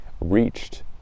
reached